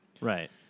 Right